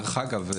דרך אגב,